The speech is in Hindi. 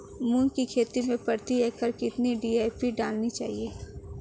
मूंग की खेती में प्रति एकड़ कितनी डी.ए.पी डालनी चाहिए?